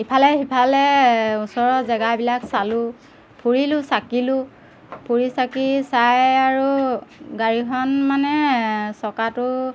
ইফালে সিফালে ওচৰৰ জেগাবিলাক চালোঁ ফুৰিলোঁ চাকিলো ফুৰি চাকি চাই আৰু গাড়ীখন মানে চকাটো